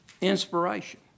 inspiration